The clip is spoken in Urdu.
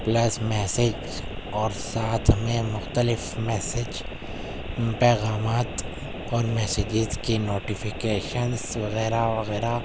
پلس میسج اور ساتھ میں مختلف میسج پیغامات اور میسیجز کی نوٹیفیکیشنس وغیرہ وغیرہ